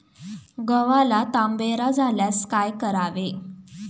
गव्हाला तांबेरा झाल्यास काय करावे?